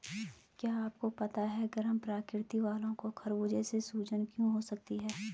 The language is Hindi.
क्या आपको पता है गर्म प्रकृति वालो को खरबूजे से सूजन हो सकती है?